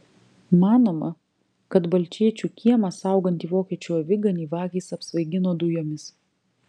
manoma kad balčėčių kiemą saugantį vokiečių aviganį vagys apsvaigino dujomis